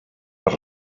per